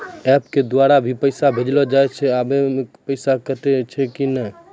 App के द्वारा भी पैसा भेजलो जाय छै आबै मे पैसा कटैय छै कि नैय?